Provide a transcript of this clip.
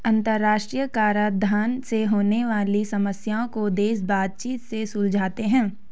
अंतरराष्ट्रीय कराधान से होने वाली समस्याओं को देश बातचीत से सुलझाते हैं